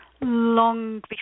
long